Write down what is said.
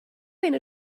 enw